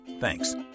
Thanks